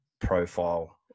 profile